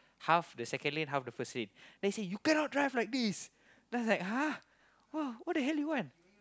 half the second lane half the first lane then he you cannot drive like this then I was like !huh! !wah! what the hell you want